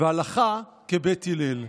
והלכה כבית הלל.